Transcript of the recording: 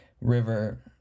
River